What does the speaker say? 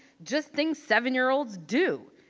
just things seven-year-olds do.